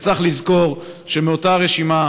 וצריך לזכור שמאותה רשימה,